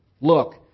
Look